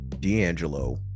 D'Angelo